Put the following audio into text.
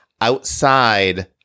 outside